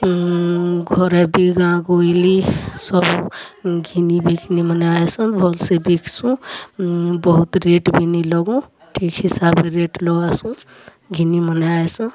ଘରେ ବି ଗାଁ ଗଅଁଲି ସବୁ ଘିନି ବିକି ନି ମାନେ ଆଏସନ୍ ଭଲ୍ସେ ବିକ୍ସୁଁ ବହୁତ୍ ରେଟ୍ ବି ନି ଲଗଉଁ ଠିକ୍ ହିସାବ୍ରେ ରେଟ୍ ଲଗାସୁଁ ଘିନି ମାନେ ଆଏସନ୍